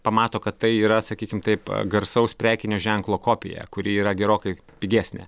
pamato kad tai yra sakykim taip garsaus prekinio ženklo kopija kuri yra gerokai pigesnė